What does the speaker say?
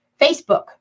Facebook